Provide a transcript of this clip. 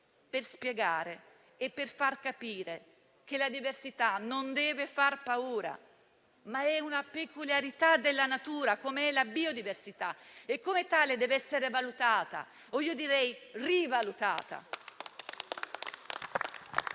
per spiegare e far capire che la diversità non deve far paura, ma è una peculiarità della natura, com'è la biodiversità, e come tale deve essere valutata o - io direi - rivalutata.